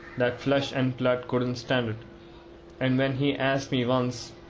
that flesh and blood couldn't stand it and when he asked me once,